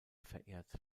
verehrt